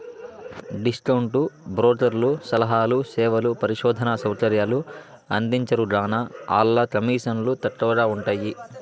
discount బ్రోకర్లు సలహాలు, సేవలు, పరిశోధనా సౌకర్యాలు అందించరుగాన, ఆల్ల కమీసన్లు తక్కవగా ఉంటయ్యి